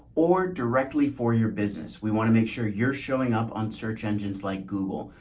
or directly for your business. we want to make sure you're showing up on search engines like google,